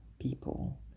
people